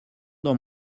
dans